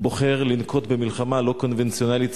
בוחר לנקוט מלחמה לא קונבנציונלית,